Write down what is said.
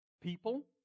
people